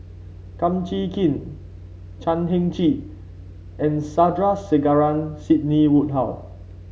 Kum Chee Kin Chan Heng Chee and Sandrasegaran Sidney Woodhull